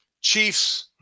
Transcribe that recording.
Chiefs